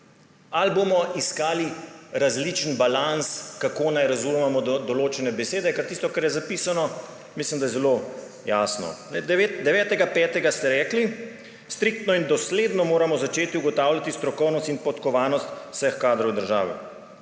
pa bomo iskali različen balans, kako naj razumemo določene besede? Ker tisto, kar je zapisano, mislim, da je zelo jasno. 9. 5. ste rekli: »Striktno in dosledno moramo začeti ugotavljati strokovnost in podkovanost vseh kadrov države.«